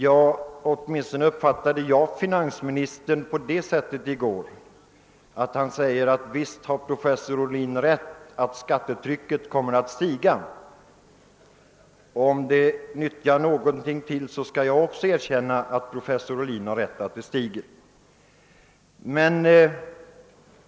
Ja, åtminstone uppfattade jag i går finansministern på det sättet att han sade: »Visst har professor Ohlin rätt i att skattetrycket kommer att stiga.» Och om det nyttjar något till skall också jag erkänna att professor Ohlin har rätt i att det kommer att stiga.